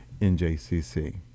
NJCC